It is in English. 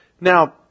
Now